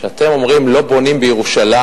כשאתם אומרים "לא בונים בירושלים"